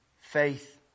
faith